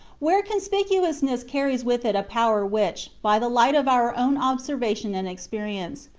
where conspicuousness carries with it a power which, by the light of our own observation and experience,